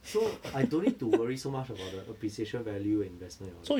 so I don't need to worry so much about the appreciation value and investment and all that